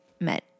met